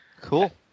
Cool